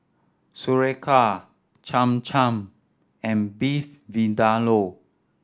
Sauerkraut Cham Cham and Beef Vindaloo